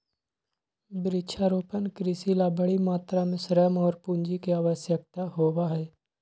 वृक्षारोपण कृषि ला बड़ी मात्रा में श्रम और पूंजी के आवश्यकता होबा हई